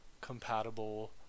compatible